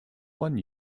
one